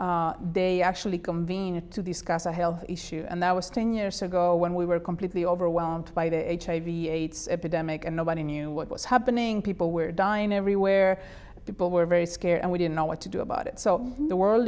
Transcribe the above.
september they actually convene to discuss a health issue and that was ten years ago when we were completely overwhelmed by the hiv aids epidemic and nobody knew what was happening people were dying everywhere people were very scared and we didn't know what to do about it so the world